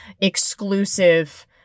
exclusive